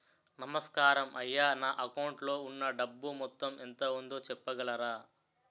నమస్కారం అయ్యా నా అకౌంట్ లో ఉన్నా డబ్బు మొత్తం ఎంత ఉందో చెప్పగలరా?